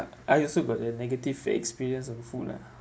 I also got a negative experience of the food lah